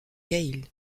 cail